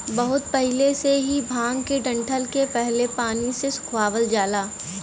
बहुत पहिले से ही भांग के डंठल के पहले पानी से सुखवावल जाला